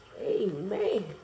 amen